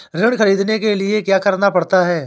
ऋण ख़रीदने के लिए क्या करना पड़ता है?